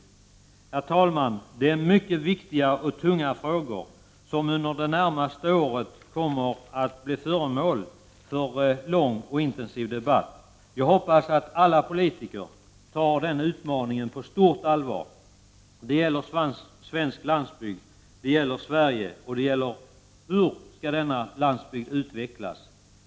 Herr talman! Det är mycket viktiga och tunga frågor som under det närmaste året kommer att bli föremål för lång och intensiv debatt. Jag hoppas att alla politiker tar den utmaningen på stort allvar. Det gäller Sverige, det gäller svensk landsbygd och hur denna landsbygd skall utvecklas.